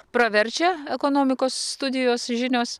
praverčia ekonomikos studijos žinios